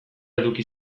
eduki